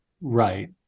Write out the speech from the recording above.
Right